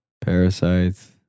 Parasites